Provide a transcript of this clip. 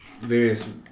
various